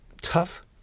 tough